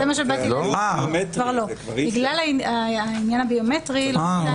בגלל העניין הביומטרי --- אה,